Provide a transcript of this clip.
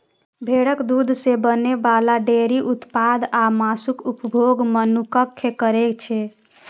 भेड़क दूध सं बनै बला डेयरी उत्पाद आ मासुक उपभोग मनुक्ख करै छै